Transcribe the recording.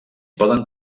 poden